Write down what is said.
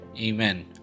Amen